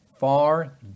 far